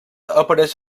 apareix